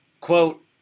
Quote